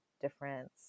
difference